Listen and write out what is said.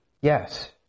yes